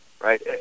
right